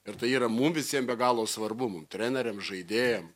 ir tai yra mum visiems be galo svarbu mum treneriam žaidėjam